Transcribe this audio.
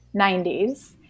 90s